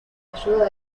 ayuda